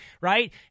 right